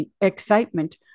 excitement